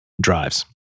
drives